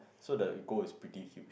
so the ego is pretty huge